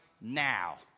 now